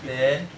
then